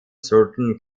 certain